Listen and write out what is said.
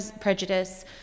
prejudice